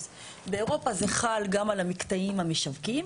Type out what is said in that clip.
באירופה זה חל גם על המקטעים המשווקים.